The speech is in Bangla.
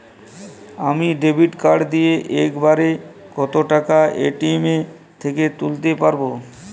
আমি ডেবিট কার্ড দিয়ে এক বারে কত টাকা এ.টি.এম থেকে তুলতে পারবো?